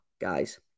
guys